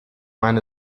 eine